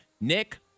Nick